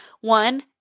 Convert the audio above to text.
One-